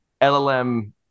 llm